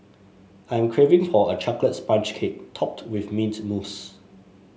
I am craving for a chocolate sponge cake topped with mint mousse